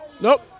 Nope